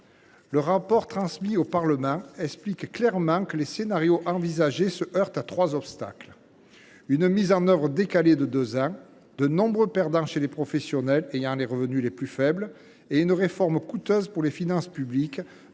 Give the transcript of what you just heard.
Le rapport transmis au Parlement explique clairement que les scénarios envisagés se heurtent à trois obstacles : une mise en œuvre décalée de deux ans ; de nombreux perdants chez les professionnels ayant les revenus les plus faibles ; un coût de la réforme, pour les finances publiques,